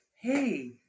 hey